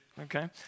okay